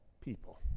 people